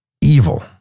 evil